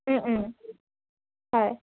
হয়